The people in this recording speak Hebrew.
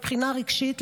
מבחינה רגשית,